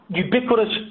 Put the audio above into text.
ubiquitous